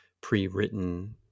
pre-written